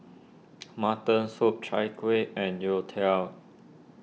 Mutton Soup Chai Kueh and Youtiao